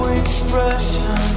expression